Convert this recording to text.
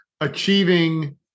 achieving